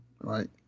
right